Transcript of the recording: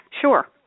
Sure